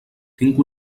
tinc